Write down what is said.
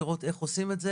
לראות איך עושים את זה.